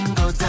go